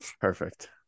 Perfect